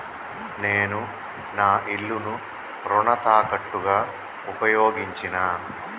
నేను నా ఇల్లును రుణ తాకట్టుగా ఉపయోగించినా